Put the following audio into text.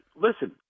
Listen